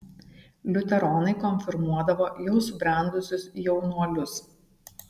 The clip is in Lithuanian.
liuteronai konfirmuodavo jau subrendusius jaunuolius